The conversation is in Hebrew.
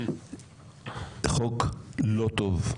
זה חוק לא טוב,